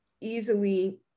easily